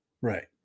right